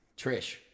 Trish